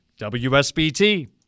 WSBT